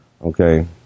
Okay